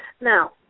Now